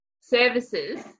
services